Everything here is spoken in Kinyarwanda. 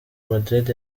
madrid